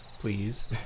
please